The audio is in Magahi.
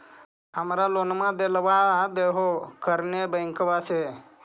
हमरा लोनवा देलवा देहो करने बैंकवा से?